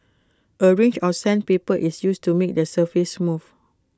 A range of sandpaper is used to make the surface smooth